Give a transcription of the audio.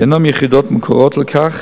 שאינן יחידות מוכרות לכך